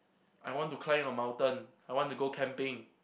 I want to climb a mountain I want to go camping